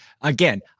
again